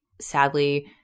sadly